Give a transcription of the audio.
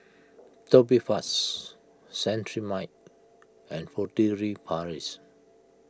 Tubifast Cetrimide and Furtere Paris